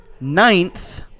Ninth